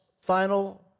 final